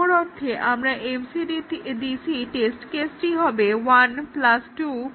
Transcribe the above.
অপর অর্থে আমাদের MCDC টেস্ট কেসটি হবে 123